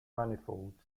manifolds